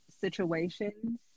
situations